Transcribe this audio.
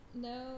no